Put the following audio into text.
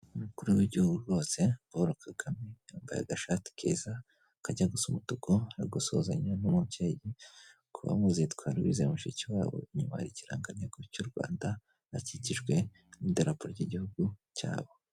Umukuru w'igihugu rwose, Paul Kagame, yambaye agashati keza kajya gusa umutuku ari gusuhuzanya n'umubyeyi ku bamuzi yitwa Louise Mushikiwabo, inyuma hari ikirangantego cy'u Rwanda, bakikijwe n'idarapo ry'igihugu cyabo.